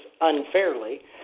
unfairly